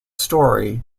story